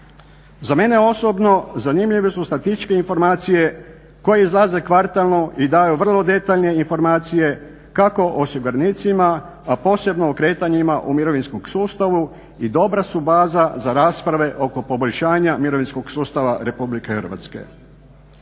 Za mene osobno zanimljivi su statističke informacije koje izlaze kvartalno i daju vrlo detaljne informacije kako osiguranicima a posebno o kretanjima u mirovinskom sustavu i dobra su baza za rasprave oko poboljšanja mirovinskog sustava RH. Klub zastupnika Hrvatske